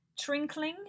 Trinkling